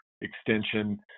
extension